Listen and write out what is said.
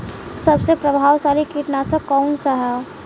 सबसे प्रभावशाली कीटनाशक कउन सा ह?